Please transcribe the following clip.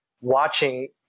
watching